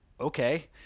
okay